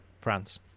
France